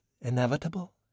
inevitable